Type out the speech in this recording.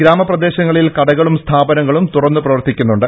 ഗ്രാമപ്രദേശങ്ങളിൽ കടകളും സ്ഥാപനങ്ങളും തുറന്നു പ്രവർത്തിക്കുന്നുണ്ട്